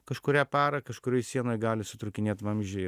kažkurią parą kažkurioj sienoj gali sutrūkinėt vamzdžiai